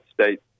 States